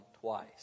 twice